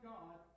God